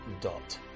dot